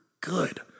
good